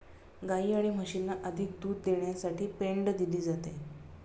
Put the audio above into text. गायी आणि म्हशींना अधिक दूध देण्यासाठी पेंड दिली जाते